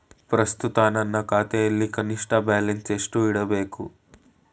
ಪ್ರಸ್ತುತ ನನ್ನ ಖಾತೆಯಲ್ಲಿ ಕನಿಷ್ಠ ಬ್ಯಾಲೆನ್ಸ್ ಎಷ್ಟು ಇಡಬೇಕು?